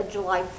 July